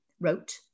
wrote